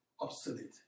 obsolete